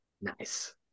Nice